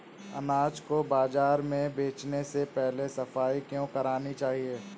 अनाज को बाजार में बेचने से पहले सफाई क्यो करानी चाहिए?